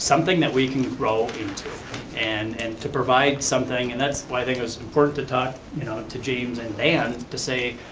something that we can grow into and and to provide something, and that's why i think it was important to talk you know to james and dan to say,